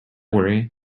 worry